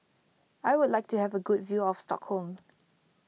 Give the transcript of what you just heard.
I would like to have a good view of Stockholm